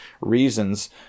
reasons